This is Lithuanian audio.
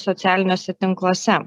socialiniuose tinkluose